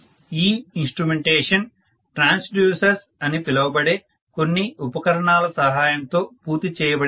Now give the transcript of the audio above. ఈ instrumentation transducers అని పిలువబడే కొన్ని ఉపకరణాల సహాయంతో పూర్తి చేయబడనది